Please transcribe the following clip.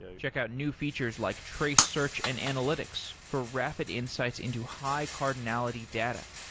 check out new features like trace search and analytics for rapid insights into high-cardinality data,